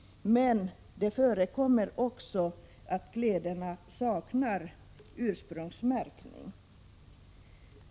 Det förekommer också att kläderna saknar ursprungsmärkning.